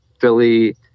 Philly